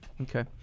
Okay